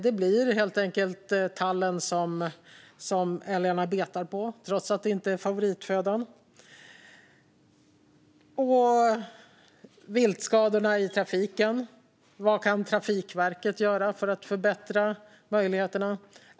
Det blir helt enkelt tallen som älgarna betar på, trots att det inte är favoritfödan. Det handlar om viltskadorna i trafiken. Vad kan Trafikverket göra för att förbättra möjligheterna?